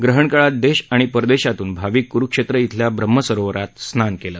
ग्रहण काळात देश आणि परदेशातून भाविक कुरुक्षेत्र इथंल्या ब्रम्हसरोवरात स्नान केलं